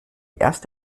erst